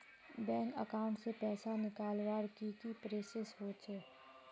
Bank account से पैसा निकालवर की की प्रोसेस होचे?